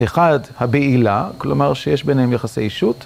אחד, הבעילה, כלומר שיש ביניהם יחסי אישות.